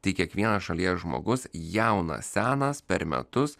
tai kiekvienas šalies žmogus jaunas senas per metus